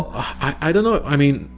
i don't know, i mean,